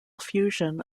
fusion